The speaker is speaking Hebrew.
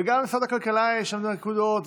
וגם למשרד הכלכלה יש שם נקודות,